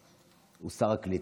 הוא שר הקליטה.